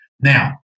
Now